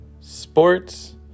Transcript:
Sports